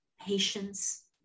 patience